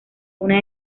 una